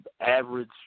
average